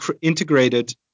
integrated